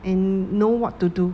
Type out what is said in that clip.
and know what to do